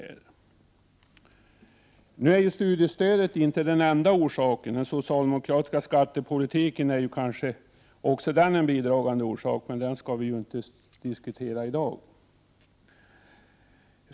Studiestödet är inte den enda orsaken. Den socialdemokratiska skattepolitiken är kanske också en bidragande orsak, men den skall vi inte diskutera i dag.